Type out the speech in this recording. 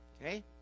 Okay